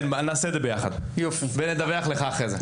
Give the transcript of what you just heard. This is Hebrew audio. נעשה את זה ביחד ואחר כך נדווח ליושב ראש.